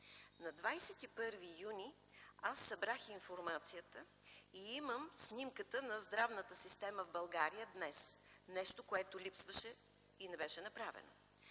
На 21 юни аз събрах информацията и имам снимката на здравната система в България днес. Нещо което липсваше и не беше направено.